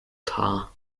tar